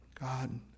God